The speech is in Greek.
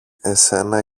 εσένα